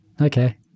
Okay